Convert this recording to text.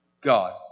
God